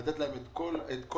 לתת להם את כל האפשרויות.